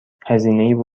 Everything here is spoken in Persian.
هزینه